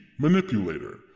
manipulator